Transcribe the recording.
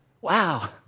Wow